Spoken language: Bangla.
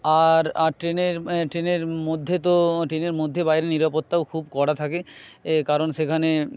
আর আর ট্রেনের ট্রেনের মধ্যে তো ট্রেনের মধ্যে বাইরে নিরাপত্তাও খুব কড়া থাকে এ কারণ সেখানে